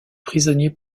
prisonniers